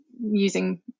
using